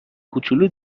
کوچولو